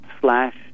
slash